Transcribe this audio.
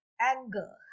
anger